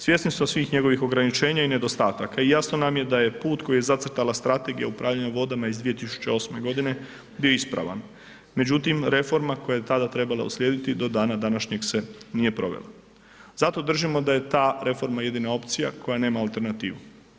Svjesni smo svih njegovih ograničenja i nedostataka i jasno nam je da je put koji je zacrtala Strategija upravljanja vodama iz 2008. g. bio ispravan međutim reforma koja je tada trebala uslijediti do dana današnjeg se nije provela zato držimo da je ta reforma jedina opcija koja nema alternativu.